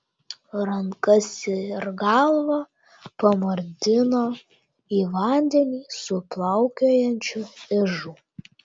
rankas ir galvą panardino į vandenį su plaukiojančiu ižu